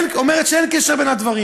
היא אומרת שאין קשר בין הדברים.